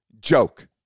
joke